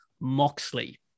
Moxley